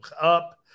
up